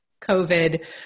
COVID